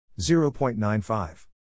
0.95